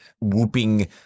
whooping